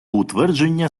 утвердження